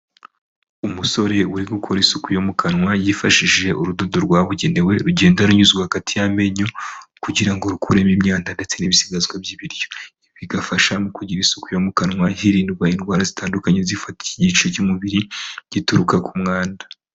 Umusore uri gukora isuku yo mu kanwa, yifashishije urudodo rwabugenewe rugenda runyuzwa hagati y'amenyo, kugira ngo rukuremo imyanda ndetse n'ibisigazwa by'ibiryo. Bigafasha mu kugira isuku yo mu kanwa, hirindwa indwara zitandukanye, zifata iki gice cy'umubiri gituruka ku mwanda.